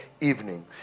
evening